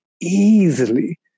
easily